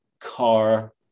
car